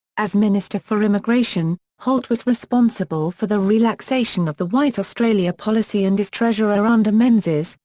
as minister for immigration, holt was responsible for the relaxation of the white australia policy and as treasurer under menzies,